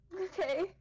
Okay